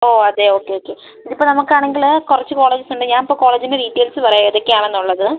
ഓ അതെ okay okay ഇതിപ്പോൾ നമ്മൾക്കാണെങ്കിൽ കുറച്ച് കോളേജസ് ഉണ്ട് ഞാൻ ഇപ്പോൾ കോളേജിൻ്റെ ഡീറ്റെയിൽസ് പറയാം ഏതൊക്കെയാണെന്നുള്ളത്